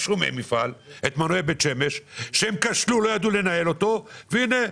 מפעל מנועי בת שמש רק כי לא ידעו לנהל אותו, והנה,